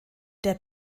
der